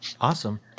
Awesome